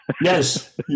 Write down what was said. Yes